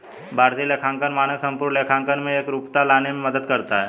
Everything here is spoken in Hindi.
भारतीय लेखांकन मानक संपूर्ण लेखांकन में एकरूपता लाने में मदद करता है